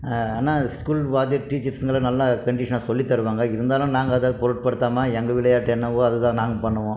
ஆனால் ஸ்கூல் வாத்தியார் டீச்சர்சுங்களா நல்லா கண்டிசனாக சொல்லி தருவாங்க இருந்தாலும் நாங்கள் அதை பொருட்படுத்தாமல் எங்கள் விளையாட்டு என்னவோ அதுதான் நாங்கள் பண்ணுவோம்